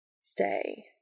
Stay